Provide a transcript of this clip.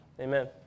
Amen